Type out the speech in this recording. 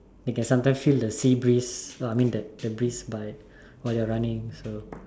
I can sometime feel the sea breeze I mean the breeze by while you are running so